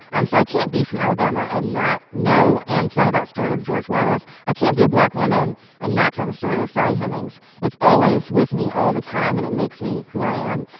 so i can't be from alabama and not know and tell that story of george wallace. i can't be a black woman and not tell the story of sally hemings. it's always with me all the time, and it makes me who i am.